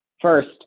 First